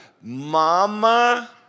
Mama